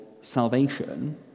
salvation